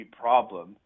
problem